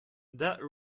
that